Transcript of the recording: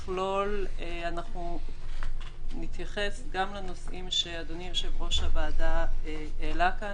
אנחנו נתייחס גם לנושאים שאדוני יושב-ראש הוועדה העלה כאן